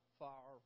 far